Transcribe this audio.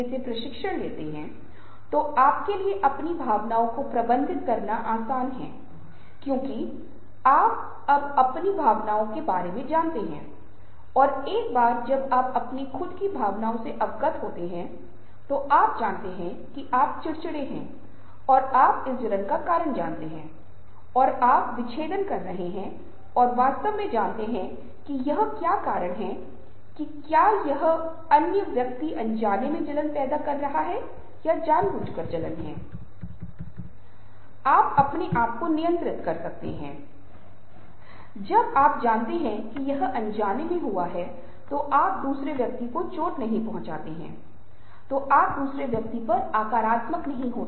अहंकार का अर्थ है कि वे कई बार अहंकारी हो जाते हैं क्योंकि अगर कोई व्यक्ति हस्तक्षेप कर रहा है और कह रहा है कि वे क्यों दोहरा रहे हैं तो वे बहुत अधिक समय ले रहे हैं जो उन्हें पसंद नहीं होगा और वे प्रतिक्रिया करेंगे और कभी कभी वे असभ्य भी हो जाते हैं और स्वमतभिमानडोगराटिज़्म Dogmatism का अर्थ है कि वे जो कुछ भी महसूस करते हैं कह रही है वे प्राधिकरण के साथ कह रहे हैं जो शायद दूसरों को पसंद न आए इसलिए ये इस तरह के लोगों की कमजोरियां हैं